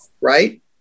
right